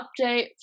update